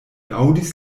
aŭdis